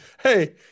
hey